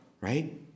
Right